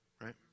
right